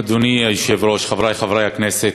אדוני היושב-ראש, חברי חברי הכנסת,